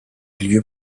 lieu